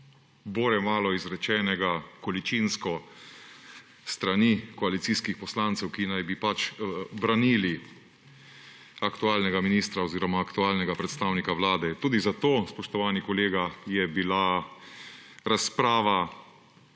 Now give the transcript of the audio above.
bore malo izrečenega količinsko s strani koalicijskih poslancev, ki naj bi pač branili aktualnega ministra oziroma aktualnega predstavnika Vlade. Tudi zato, spoštovani kolega, je bila razprava